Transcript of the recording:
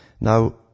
Now